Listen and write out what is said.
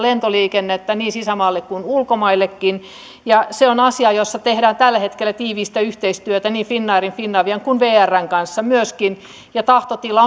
lentoliikennettämme niin sisämaassa kuin ulkomaillekin se on asia jossa tehdään tällä hetkellä tiivistä yhteistyötä niin finnairin finavian kuin vrn kanssa myöskin ja tahtotila